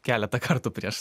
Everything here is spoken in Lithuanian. keletą kartų prieš